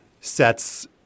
sets